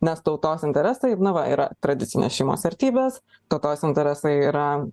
nes tautos interesai na va yra tradicinės šeimos vertybės tautos interesai yra